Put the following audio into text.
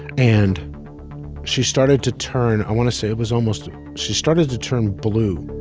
and she started to turn i want to say it was almost she started to turn blue